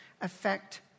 affect